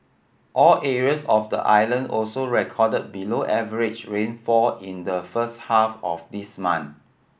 all areas of the island also recorded below average rainfall in the first half of this month